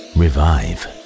Revive